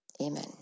amen